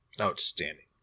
Outstanding